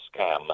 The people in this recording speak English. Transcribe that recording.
scam